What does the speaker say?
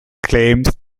claims